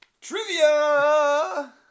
Trivia